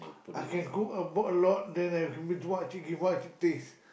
I can cook I bought a lot then I can bring to work I think give uh to taste